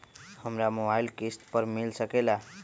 हमरा मोबाइल किस्त पर मिल सकेला?